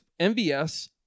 MVS